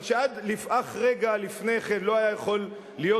אבל שאך רגע לפני כן לא היה יכול להיות